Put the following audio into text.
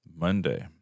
Monday